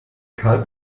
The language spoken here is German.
karl